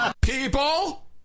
People